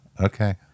Okay